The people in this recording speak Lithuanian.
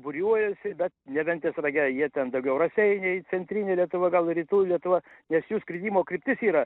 būriuojasi bet ne ventės rage jie ten daugiau raseiniai centrinė lietuva gal rytų lietuva nes jų skridimo kryptis yra